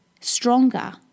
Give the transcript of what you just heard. stronger